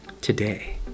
today